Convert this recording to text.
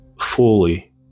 fully